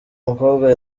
mukobwa